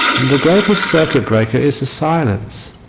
the greatest circuit breaker is the silence.